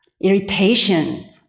irritation